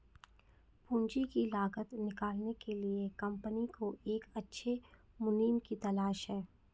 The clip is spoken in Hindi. पूंजी की लागत निकालने के लिए कंपनी को एक अच्छे मुनीम की तलाश है